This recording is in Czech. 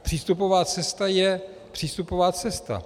Přístupová cesta je přístupová cesta.